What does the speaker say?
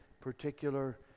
particular